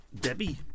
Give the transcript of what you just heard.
Debbie